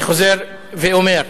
אמרתי, ואני חוזר ואומר: